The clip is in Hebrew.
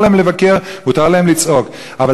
מותר להם לבקר, מותר להם לצעוק, תודה.